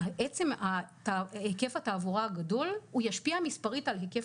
עצם היקף התעבורה הגדול הוא ישפיע מספרית על היקף